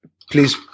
Please